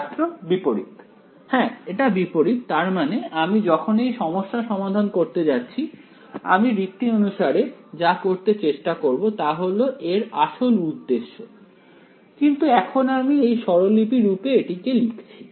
ছাত্র বিপরীত হ্যাঁ এটা বিপরীত তার মানে আমি যখন এই সমস্যা সমাধান করতে যাচ্ছি আমি রীত্যনুসারে যা করতে চেষ্টা করছি তা হল এর আসল উদ্দেশ্য কিন্তু এখন আমি এই স্বরলিপি রূপে এটিকে লিখছি